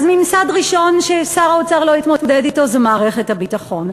אז ממסד ראשון ששר האוצר לא התמודד אתו זה מערכת הביטחון.